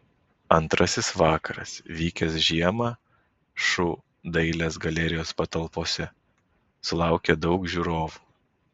antrasis vakaras vykęs žiemą šu dailės galerijos patalpose sulaukė daug žiūrovų